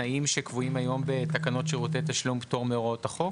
אלה תנאים שקבועים היום בתקנות שירותי תשלום (פטור מהוראות החוק)?